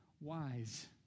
wise